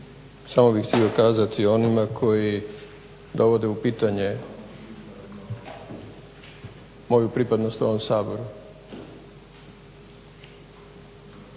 samo bih htio kazati onima koji dovode u pitanje moju pripadnost ovom Saboru